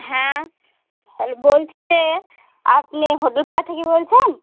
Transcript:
হ্যাঁ হ্যালো বলছি যে আপনি হোটেল পাড়া থেকে বলছেন